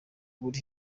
uri